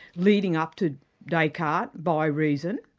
leading up to descartes, by reason?